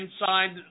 inside